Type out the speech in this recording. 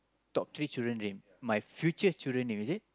top three children name my future children name is it